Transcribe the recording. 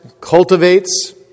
cultivates